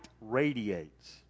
radiates